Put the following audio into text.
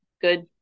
good